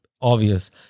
obvious